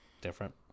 different